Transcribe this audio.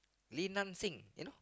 Lee-Nan-Xing you